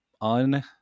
on